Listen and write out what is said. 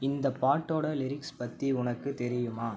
இந்த பாட்டோடய லிரிக்ஸ் பற்றி உனக்கு தெரியுமா